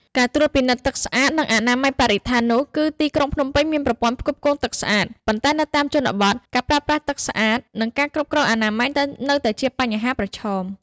ការត្រួតពិនិត្យទឹកស្អាត និងអនាម័យបរិស្ថាននោះ គឺទីក្រុងភ្នំពេញមានប្រព័ន្ធផ្គត់ផ្គង់ទឹកស្អាត ប៉ុន្តែនៅតាមជនបទ ការប្រើប្រាស់ទឹកស្អាត និងការគ្រប់គ្រងអនាម័យនៅតែជាបញ្ហាប្រឈម។